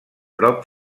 prop